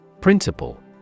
Principle